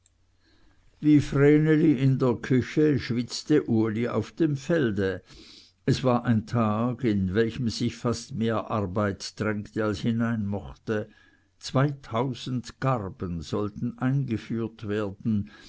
wie vreneli in der küche schwitzte uli auf dem felde es war ein tag in welchen sich fast mehr arbeit drängte als hinein mochte zweitausend garben sollten eingeführt werden